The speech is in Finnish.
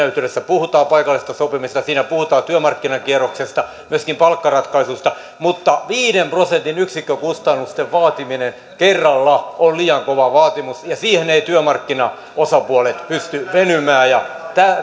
yhteydessä puhutaan paikallisesta sopimisesta siinä puhutaan työmarkkinakierroksesta myöskin palkkaratkaisusta mutta viiden prosentin yksikkökustannusten vaatiminen kerralla on liian kova vaatimus ja siihen eivät työmarkkinaosapuolet pysty venymään